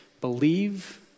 believe